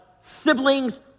siblings